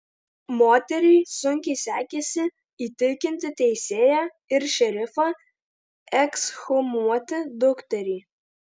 moteriai sunkiai sekėsi įtikinti teisėją ir šerifą ekshumuoti dukterį